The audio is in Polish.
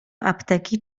apteki